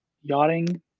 yachting